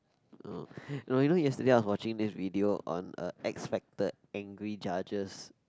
oh you know yesterday I was watching this video on uh X-Factor angry judges